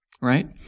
Right